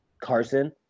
carson